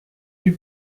eût